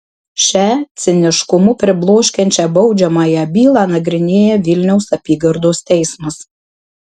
šią ciniškumu pribloškiančią baudžiamąją bylą nagrinėja vilniaus apygardos teismas